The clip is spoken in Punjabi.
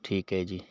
ਠੀਕ ਹੈ ਜੀ